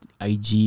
ig